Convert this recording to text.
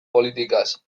politikaz